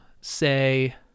say